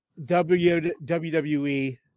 WWE